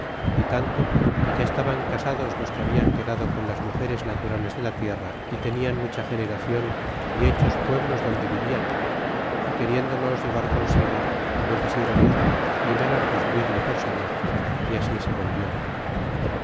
y tanto que ya estaban casados los que hablan quedado con las mugeres naturales de la tierra y tenian mucha generacion y fechos pueblos donde vivian e queriéndolos llevar consigo no quisieron ir ni menos recibirle por señor y así se volvió